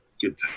good